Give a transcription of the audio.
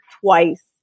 twice